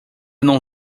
não